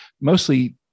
mostly